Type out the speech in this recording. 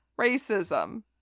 racism